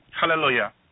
Hallelujah